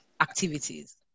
activities